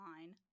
line